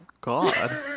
God